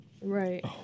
Right